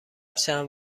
چند